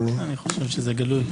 אני חושב שזה גלוי.